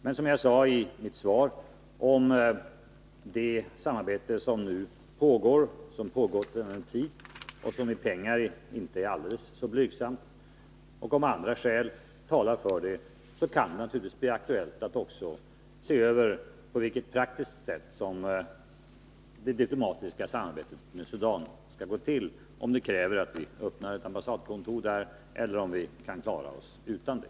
Men som jag sade i mitt svar, om det samarbete som pågår sedan en tid — som i pengar inte är alldeles blygsamt — ökar, och om andra skäl talar för det, kan det naturligtvis bli aktuellt att se över på vilket praktiskt sätt det diplomatiska samarbetet med Sudan skall gå till — om det kräver att vi öppnar ett ambassadkontor eller om vi kan klara oss utan det.